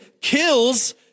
kills